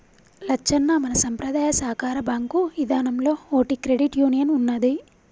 లచ్చన్న మన సంపద్రాయ సాకార బాంకు ఇదానంలో ఓటి క్రెడిట్ యూనియన్ ఉన్నదీ